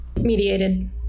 Mediated